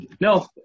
no